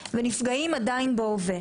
ונפגעים עדיין בהווה.